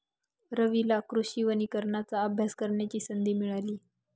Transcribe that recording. रवीला कृषी वनीकरणाचा अभ्यास करण्याची संधी मिळाली